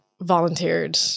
volunteered